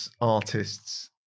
artists